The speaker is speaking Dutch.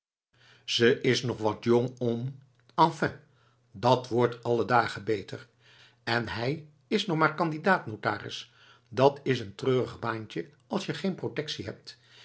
ze is nog wat jong om enfin dat wordt alle dagen beter en hij is nog maar candidaat notaris dat is een treurig baantje als je geen protectie hebt